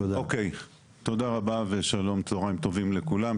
תודה רבה ושלום, צהריים טובים לכולם.